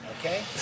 Okay